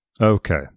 Okay